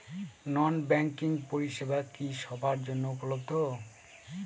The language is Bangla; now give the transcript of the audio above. নন ব্যাংকিং পরিষেবা কি সবার জন্য উপলব্ধ?